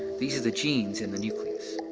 these are the genes in the nucleus.